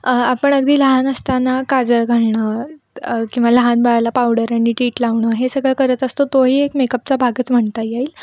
आपण अगदी लहान असताना काजळ घालणं किंवा लहान बाळाला पावडर आणि टीट लावणं हे सगळं करत असतो तोही एक मेकअपचा भागच म्हणता येईल